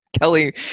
Kelly